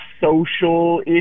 social